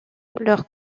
leur